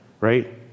Right